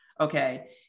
Okay